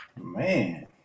man